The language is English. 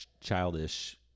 childish